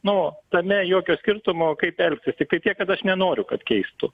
nu tame jokio skirtumo kaip elgsis tiktai tiek kad aš nenoriu kad keistų